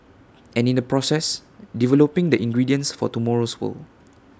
and in the process developing the ingredients for tomorrow's world